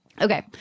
Okay